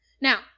Now